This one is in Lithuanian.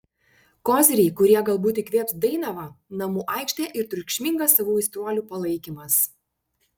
koziriai kurie galbūt įkvėps dainavą namų aikštė ir triukšmingas savų aistruolių palaikymas